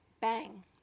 bang